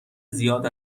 زیاد